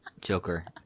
Joker